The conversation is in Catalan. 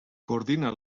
coordina